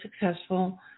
successful